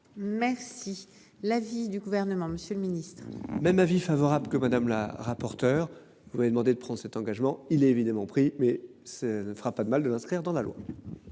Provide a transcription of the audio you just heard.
Merci. L'avis du gouvernement, Monsieur le Ministre. Même avis favorable que Madame la rapporteure. Vous m'avez demandé de prendre cet engagement. Il est évidemment pris mais ce ne fera pas de mal de l'inscrire dans la loi.